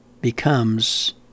becomes